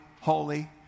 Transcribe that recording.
holy